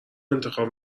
انتخاب